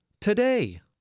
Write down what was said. Today